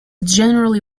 generally